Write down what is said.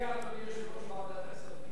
ידידי אדוני יושב-ראש ועדת הכספים,